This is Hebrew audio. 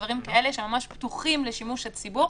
דברים כאלה, שממש פתוחים לשימוש הציבור,